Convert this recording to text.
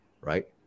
right